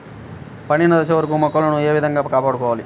పండిన దశ వరకు మొక్కలను ఏ విధంగా కాపాడుకోవాలి?